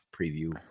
preview